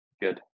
Good